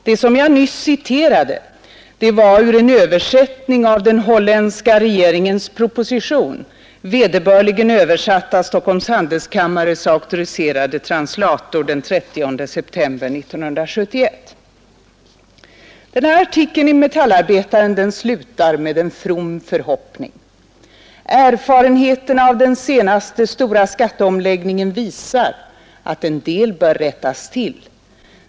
Det jag nu har citerat ur är en översättning av den holländska regeringens proposition, vederbörligen översatt av Stockholms handelskammares auktoriserade translator den 30 september 1971. Artikeln i Metallarbetaren slutar med en from förhoppning: ”Erfarenheterna av den senaste stora skatteomläggningen visar, att en del bör rättas till.